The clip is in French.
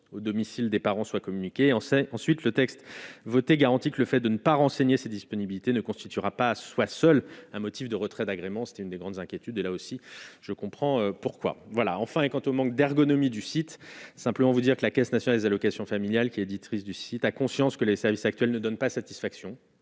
au domicile des parents soient communiqués en ensuite le texte, voté, garantit que le fait de ne pas renseigner ses disponibilités ne constituera pas à soi seul un motif de retrait d'agrément, c'était une des grandes inquiétudes et là aussi je comprends pourquoi, voilà enfin et quant au manque d'ergonomie du site simplement vous dire que la Caisse nationale d'allocations familiales qui, éditrice du site a conscience que les services actuels ne donne pas satisfaction,